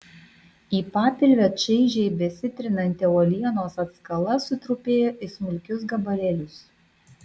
į papilvę čaižiai besitrinanti uolienos atskala sutrupėjo į smulkius gabalėlius